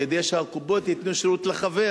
כדי שהקופות ייתנו שירות לחבר